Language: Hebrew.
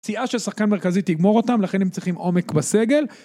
פציעה של שחקן מרכזי תגמור אותם, לכן הם צריכים עומק בסגל.